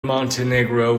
montenegro